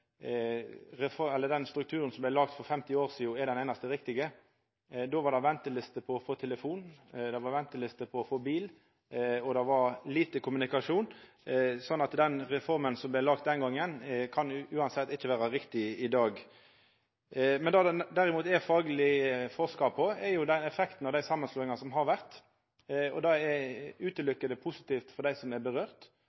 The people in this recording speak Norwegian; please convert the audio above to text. strukturen som vart laga for 50 år sidan, er den einaste riktige. Då var det venteliste for å få telefon, det var venteliste for å få bil, og det var lite kommunikasjon. Så den reforma som vart laga den gongen, kan uansett ikkje vera riktig i dag. Det det derimot er fagleg forska på, er effektane av dei samanslåingane som har vore, og dei er